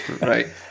right